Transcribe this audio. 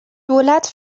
دولت